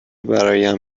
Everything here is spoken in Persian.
برایم